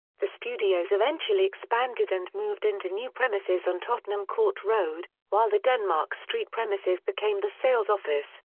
the studios eventually expanded and moved into new premises on tottenham court road, while the denmark street premises became the sales office.